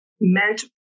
meant